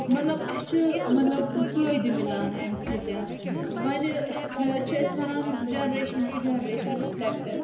مطلب اسہِ چھُ مطلب فٲیدٕ مِلان امہِ سۭتۍ وۄننہِ چھِ أسۍ ونان جنریشن ٹُہ جنریشن رفلیٚکٹ